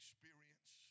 Experience